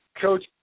Coach